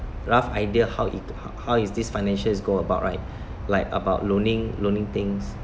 rough idea how it how is this financial is go about right like about loaning loaning things